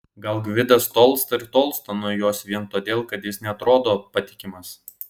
gal gvidas tolsta ir tolsta nuo jos vien todėl kad ji neatrodo patikima